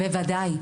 בוודאי.